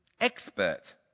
expert